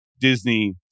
Disney